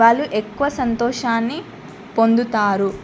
వాళ్ళు ఎక్కువ సంతోషాన్ని పొందుతారు